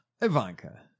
Ivanka